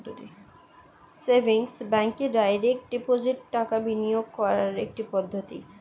savings ব্যাঙ্কে direct deposit টাকা বিনিয়োগ করার একটি পদ্ধতি